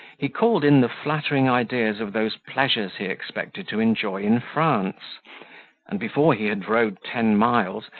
he called in the flattering ideas of those pleasures he expected to enjoy in france and before he had rode ten miles,